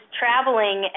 traveling